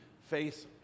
face